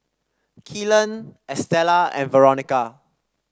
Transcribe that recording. Kellan Estella and Veronica